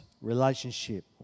relationship